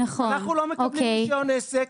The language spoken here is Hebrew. אנחנו לא מקבלים רישיון עסק.